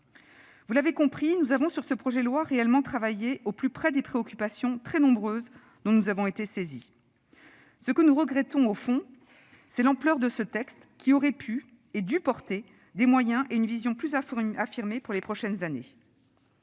Vous l'avez compris : nous avons, sur ce projet de loi, réellement travaillé au plus près des préoccupations très nombreuses dont nous avons été saisis. Ce que nous regrettons, au fond, c'est le défaut d'ampleur de ce texte, qui aurait pu et dû porter des moyens et une vision plus affirmés pour les prochaines années.